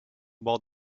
bord